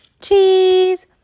Cheese